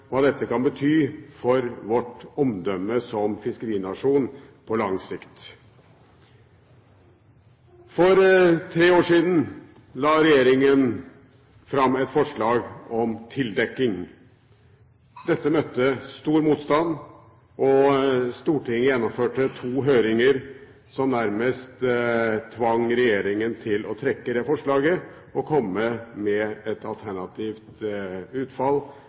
hva dette kan bety for vårt omdømme som fiskerinasjon på lang sikt. For tre år siden la regjeringen fram et forslag om tildekking. Dette møtte stor motstand, og Stortinget gjennomførte to høringer som nærmest tvang regjeringen til å trekke forslaget og komme med et alternativt utfall,